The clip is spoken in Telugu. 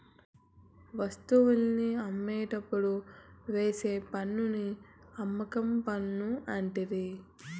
వస్తువుల్ని అమ్మేటప్పుడు వేసే పన్నుని అమ్మకం పన్ను అంటిరి